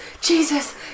Jesus